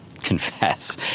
confess